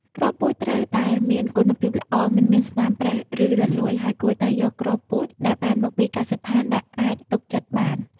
គ្រាប់ពូជត្រូវតែមានគុណភាពល្អ មិនមានស្នាមប្រេះ ឬរលួយ ហើយគួរតែយកគ្រាប់ពូជដែលបានមកពីកសិដ្ឋានដែលអាចទុកចិត្តបាន។